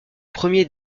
premier